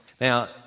Now